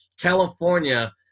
California